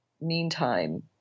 meantime